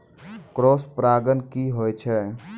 Cross परागण की होय छै?